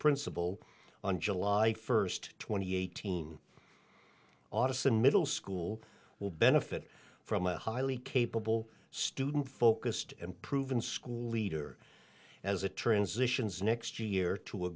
principal on july first twenty eighteen autists in middle school will benefit from a highly capable student focused and proven school leader as a transitions next year